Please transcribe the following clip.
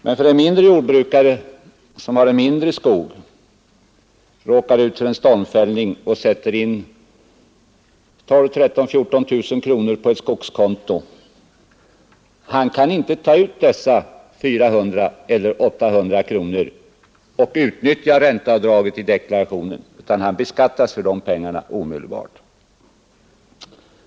Men om en mindre jordbrukare som har ett rätt litet skogsskifte råkar ut för stormfällning och sätter in 12 000, 13 000 eller 14 000 kronor på ett skogskonto, kan han inte utnyttja ränteavdraget på 400 eller 800 kronor i deklarationen, utan han beskattas omedelbart för ränteinkomsten.